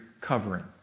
covering